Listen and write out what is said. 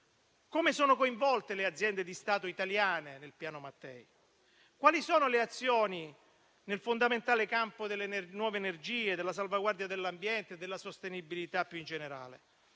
Come sono coinvolte le aziende di Stato italiane nel Piano Mattei? Quali sono le azioni nel fondamentale campo delle nuove energie, della salvaguardia dell'ambiente e della sostenibilità più in generale?